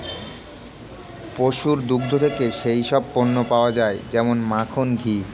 পশুর দুগ্ধ থেকে যেই সব পণ্য পাওয়া যায় যেমন মাখন, ঘি